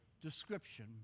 description